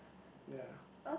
ya